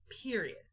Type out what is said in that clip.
period